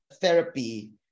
therapy